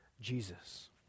Jesus